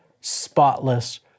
spotless